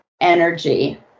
energy